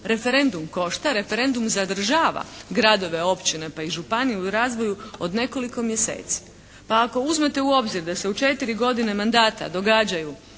Referendum košta, referendum zadržava gradove, općine pa i županije u razvoju od nekoliko mjeseci. Pa ako uzmete u obzir da se u četiri godine mandata događaju